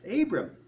Abram